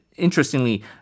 Interestingly